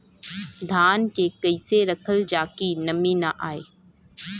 धान के कइसे रखल जाकि नमी न आए?